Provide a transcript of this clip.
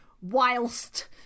whilst